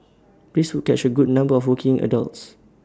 this would catch A good number of working adults